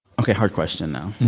ok. hard question now